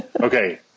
Okay